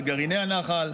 בגרעיני הנח"ל,